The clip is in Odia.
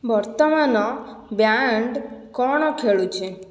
ବର୍ତ୍ତମାନ ବ୍ୟାଣ୍ଡ କ'ଣ ଖେଳୁଛି